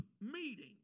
meeting